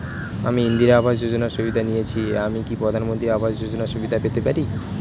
আমি ইন্দিরা আবাস যোজনার সুবিধা নেয়েছি আমি কি প্রধানমন্ত্রী আবাস যোজনা সুবিধা পেতে পারি?